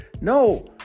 No